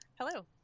Hello